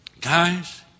Guys